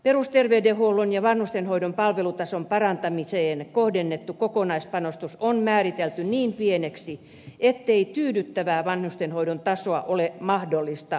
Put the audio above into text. perusterveydenhuollon ja vanhustenhoidon palvelutason parantamiseen kohdennettu kokonaispanostus on määritelty niin pieneksi ettei tyydyttävää vanhustenhoidon tasoa ole mahdollista saavuttaa